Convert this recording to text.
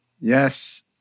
Yes